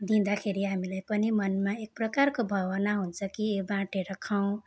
दिँदाखेरि हामीलाई पनि मनमा एक प्रकारको भावना हुन्छ कि यो बाँडेर खाउँ